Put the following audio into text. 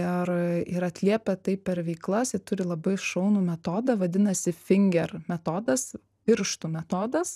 ir ir atliepia tai per veiklas jie turi labai šaunų metodą vadinasi finger metodas pirštų metodas